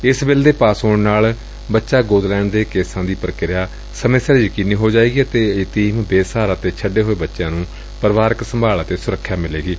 ਏਸ ਬਿੱਲ ਦੇ ਪਾਸ ਹੋਣ ਨਾਲ ਬੱਚਾ ਗੋਦ ਲੈਣ ਦੇ ਕੇਸਾਂ ਦੀ ਪੁਕਿਰਿਆ ਸਮੇ ਂ ਸਿਰ ਯਕੀਨੀ ਹੋ ਜਾਏਗੀ ਅਤੇ ਯਤੀਮ ਬੇਸਹਾਰਾ ਅਤੇ ਛੱਡੇ ਹੋਏ ਬੱਚਿਆਂ ਨੂੰ ਪਰਿਵਾਰਕ ਸੰਭਾਲ ਅਤੇ ਸੁਰੱਖਿਆ ਮਿਲੇਗੀ